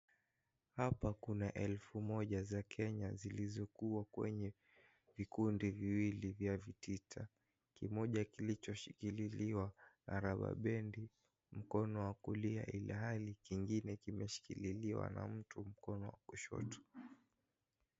Hapa kuna elfu moja za Kenya zilizokuwa kwenye vikundi viwili vya vitita, kimoja kikiwa kimeshikiliwa na rababendi mkono wa kulia ilhali kingine kimeshikiliwa na mtu upande wa kushoto.